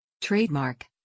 Trademark